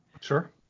Sure